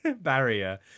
barrier